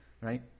right